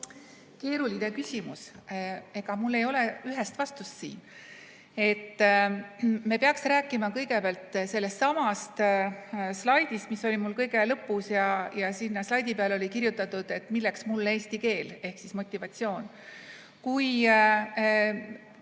Keeruline küsimus, ega mul ei ole ühest vastust siin. Me peaksime rääkima kõigepealt sellestsamast slaidist, mis oli mul kõige lõpus. Sinna slaidi peale oli kirjutatud, et milleks mulle eesti keel. Ehk siis motivatsioon. Kui